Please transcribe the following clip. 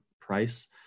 price